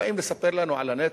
באים לספר לנו על הנטל?